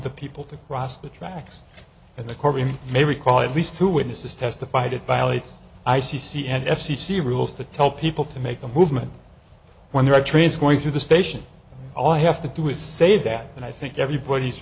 the people to cross the tracks and the corey may recall at least two witnesses testified it violates i c c and f c c rules to tell people to make a movement when there are trains going through the station all i have to do is say that and i think everybody's